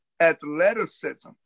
athleticism